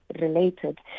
related